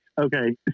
Okay